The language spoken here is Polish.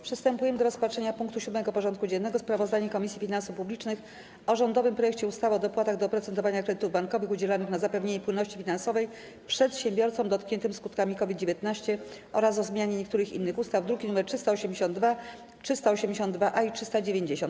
Przystępujemy do rozpatrzenia punktu 7. porządku dziennego: Sprawozdanie Komisji Finansów Publicznych o rządowym projekcie ustawy o dopłatach do oprocentowania kredytów bankowych udzielanych na zapewnienie płynności finansowej przedsiębiorcom dotkniętym skutkami COVID-19 oraz o zmianie niektórych innych ustaw (druki nr 382, 382-A i 390)